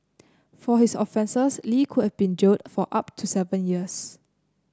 for his offences Li could have been jailed for up to seven years